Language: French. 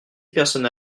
personnes